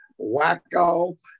wacko